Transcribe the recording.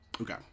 okay